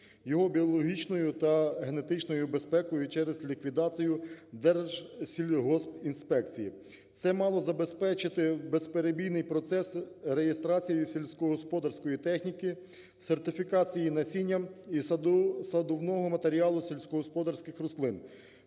його біологічною та генетичною безпекою через ліквідацію Держсільгоспінспекції. Це мало забезпечити безперебійні процеси реєстрації сільськогосподарської техніки, сертифікації насіння і садивного матеріалу сільськогосподарських рослин,